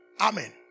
Amen